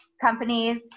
companies